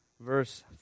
Verse